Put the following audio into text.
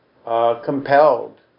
Compelled